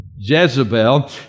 Jezebel